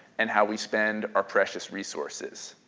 and how we spend our precious resources.